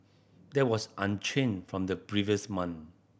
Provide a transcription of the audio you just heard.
that was unchanged from the previous month